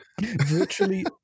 Virtually